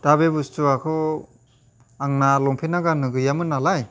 दा बे बुस्थुवाखौ आंना लंपेन्टआ गान्नो गैयामोन नालाय